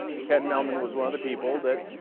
ken mehlman was one of the people that